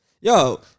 Yo